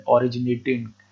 originating